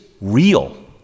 real